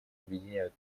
объединяют